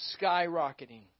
skyrocketing